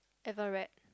ever read